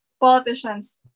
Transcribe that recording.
politicians